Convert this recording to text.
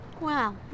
Wow